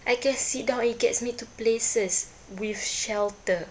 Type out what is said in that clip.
I can sit down it gets me to places with shelter